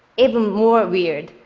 even more weird,